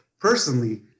personally